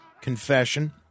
confession